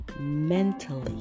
mentally